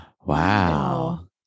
Wow